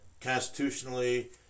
constitutionally